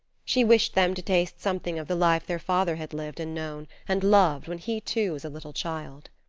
she wished them to taste something of the life their father had lived and known and loved when he, too, was a little child.